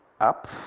up